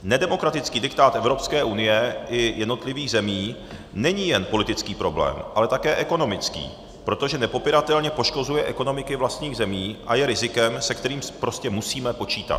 Nedemokratický diktát Evropské unie i jednotlivých zemí není jen politický problém, ale také ekonomický, protože nepopiratelně poškozuje ekonomiky vlastních zemí a je rizikem, se kterým prostě musíme počítat.